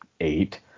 eight